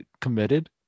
committed